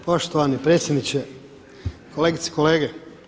Poštovani predsjedniče, kolegice i kolege.